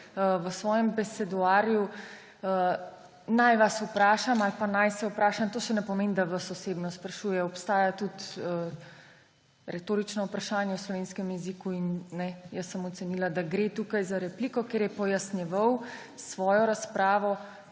v svojem beseduarju »naj vas vprašam ali pa naj se vprašam«, to še ne pomeni, da vas osebno sprašuje. Obstaja tudi retorično vprašanje v slovenskem jeziku – kajne? Jaz sem ocenila, da gre tukaj za repliko, ker je pojasnjeval svojo prvo